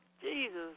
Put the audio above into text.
Jesus